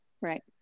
Right